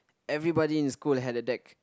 everybody in school had a deck